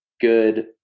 good